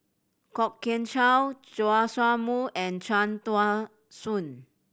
Kwok Kian Chow Joash Moo and Cham Tao Soon